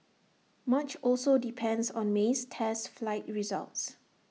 much also depends on May's test flight results